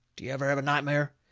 do you ever have nightmare?